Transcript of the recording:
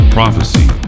prophecy